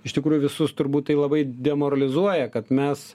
iš tikrųjų visus turbūt tai labai demoralizuoja kad mes